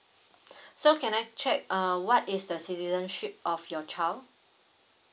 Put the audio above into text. so can I check uh what is the citizenship of your child